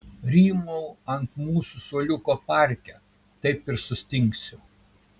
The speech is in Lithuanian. rymau ant mūsų suoliuko parke taip ir sustingsiu